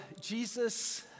jesus